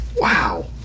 Wow